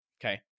okay